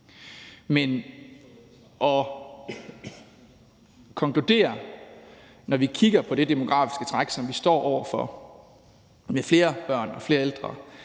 Men at konkludere, når vi kigger på det demografiske træk, som vi står over for, med flere børn og flere ældre,